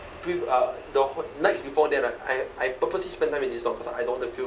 pr~ uh the wh~ nights before that ah I I purposely spend time with this dog cause I don't want to feel